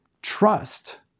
trust